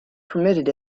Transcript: permitted